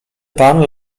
pan